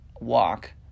walk